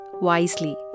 wisely